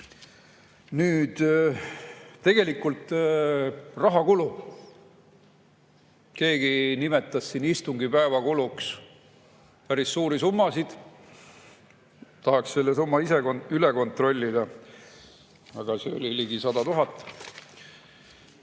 projekti. Tegelikult raha kulub. Keegi nimetas siin istungipäeva kuluks päris suurt summat. Tahaks selle summa ise üle kontrollida, aga see oli ligi 100 000.